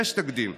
יש תקדים,